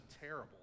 terrible